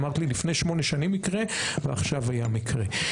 אמרת לי לפני שמונה שנים מקרה ועכשיו היה מקרה.